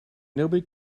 nobody